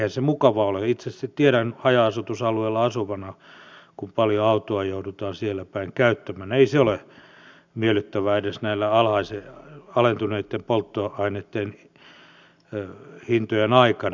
eihän se mukavaa ole itse tiedän haja asutusalueella asuvana kun paljon autoa joudutaan sielläpäin käyttämään että ei se ole miellyttävää edes näiden alentuneitten polttoainehintojen aikana